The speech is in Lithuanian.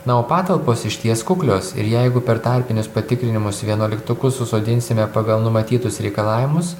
na o patalpos išties kuklios ir jeigu per tarpinius patikrinimus vienuoliktokus susodinsime pagal numatytus reikalavimus